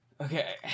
Okay